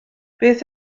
beth